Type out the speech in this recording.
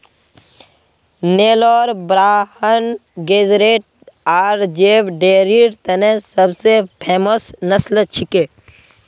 Nellore Brahman Guzerat आर zebu डेयरीर तने सब स फेमस नस्ल छिके